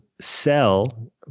sell